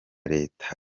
leta